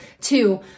Two